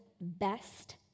best